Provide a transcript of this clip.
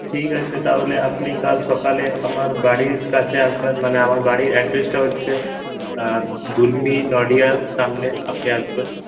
ঠিক আছে তাহলে আপনি কাল সকালে আমার বাড়ির কাছে আসবেন মানে আমার বাড়ির অ্যাড্রেসটা হচ্ছে দূরমি নডিহার সামনে আপনি আসবেন